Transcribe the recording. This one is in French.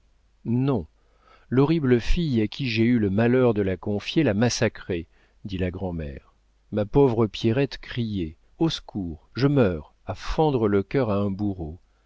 non l'horrible fille à qui j'ai eu le malheur de la confier la massacrait dit la grand'mère ma pauvre pierrette criait au secours je meurs à fendre le cœur à un bourreau